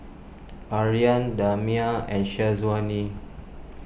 Aryan Damia and Syazwani